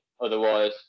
Otherwise